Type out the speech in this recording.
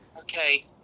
Okay